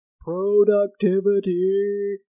Productivity